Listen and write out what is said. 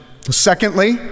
Secondly